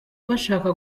bashaka